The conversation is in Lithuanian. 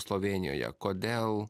slovėnijoje kodėl